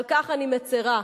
על כך אני מצרה,